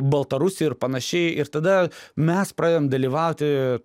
baltarusį ir panašiai ir tada mes pradedam dalyvauti